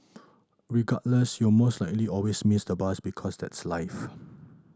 regardless you'd most likely always miss the bus because that's life